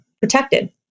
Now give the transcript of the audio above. protected